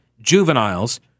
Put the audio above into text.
juveniles